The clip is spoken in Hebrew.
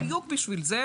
בדיוק בשביל זה,